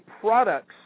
products